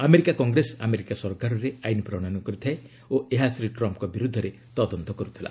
America Congress America ସରକାରରେ ଆଇନ୍ ପ୍ରଣୟନ କରିଥାଏ ଓ ଏହା ଶ୍ରୀ ଟ୍ରମ୍ଙ୍କ ବିର୍ଦ୍ଧରେ ତଦନ୍ତ କର୍ତଥିଲା